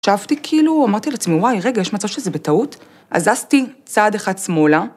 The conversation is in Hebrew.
‫שבתי כאילו, אמרתי לעצמי, ‫וואי, רגע, יש מצב שזה בטעות? ‫אז זזתי צעד אחד שמאלה.